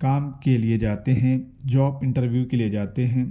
کام کے لیے جاتے ہیں جاب انٹرویو کے لیے جاتے ہیں